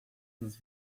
dos